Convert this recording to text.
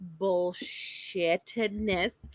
bullshittedness